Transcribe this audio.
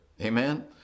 Amen